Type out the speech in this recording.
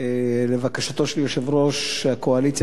לבקשתו של יושב-ראש הקואליציה,